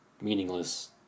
meaningless